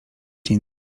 dzień